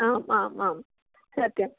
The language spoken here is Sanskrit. आम् आम् आम् सत्यम्